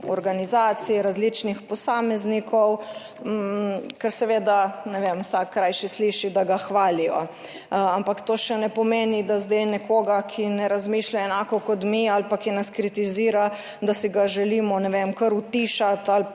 organizacij, različnih posameznikov, ker seveda, ne vem, vsak rajši sliši, da ga hvalijo, ampak to še ne pomeni, da zdaj nekoga, ki ne razmišlja enako kot mi ali pa, ki nas kritizira, da si ga želimo, ne vem, kar utišati ali pa